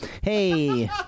Hey